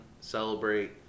celebrate